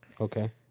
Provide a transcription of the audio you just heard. Okay